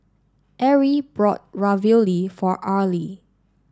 Erie bought Ravioli for Arlie